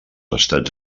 estats